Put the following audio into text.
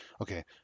okay